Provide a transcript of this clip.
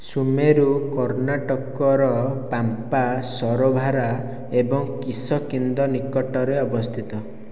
ସୁମେରୁ କର୍ଣ୍ଣାଟକର ପାମ୍ପା ସରୋବର ଏବଂ କିଶକିନ୍ଦ ନିକଟରେ ଅବସ୍ଥିତ